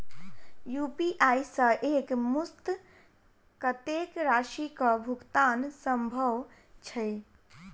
UPI सऽ एक मुस्त कत्तेक राशि कऽ भुगतान सम्भव छई?